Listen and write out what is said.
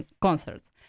concerts